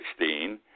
2016